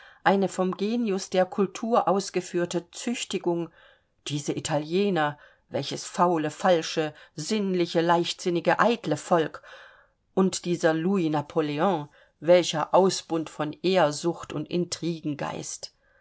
eine vom genius der kultur ausgeführte züchtigung diese italiener welches faule falsche sinnliche leichtsinnige eitle volk und dieser louis napoleon welcher ausbund von ehrsucht und